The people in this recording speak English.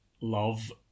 love